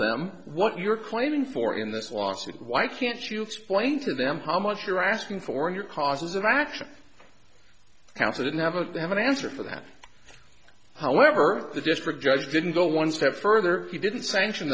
them what you're claiming for in this lawsuit why can't you explain to them how much you're asking for your cause of action council didn't have a have an answer for that however the district judge didn't go one step further he didn't sanction